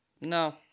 no